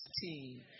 team